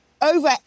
over